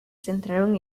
centraron